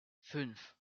fünf